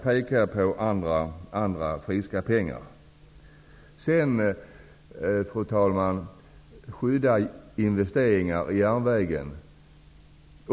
Statsrådet talade om att skydda investeringar i järnvägen.